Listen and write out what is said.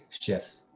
shifts